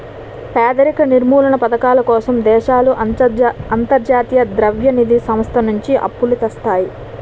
పేదరిక నిర్మూలనా పధకాల కోసం దేశాలు అంతర్జాతీయ ద్రవ్య నిధి సంస్థ నుంచి అప్పులు తెస్తాయి